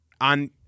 on